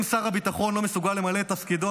אם שר הביטחון לא מסוגל למלא את תפקידו,